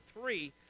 three